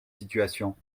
situation